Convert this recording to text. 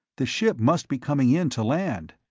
the ship must be coming in to land.